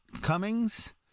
Cummings